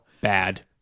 Bad